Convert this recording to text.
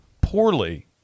poorly